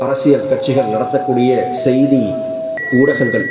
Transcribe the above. அரசியல் கட்சிகள் நடத்தக்கூடிய செய்தி ஊடகங்கள்